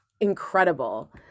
incredible